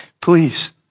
please